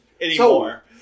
Anymore